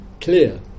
clear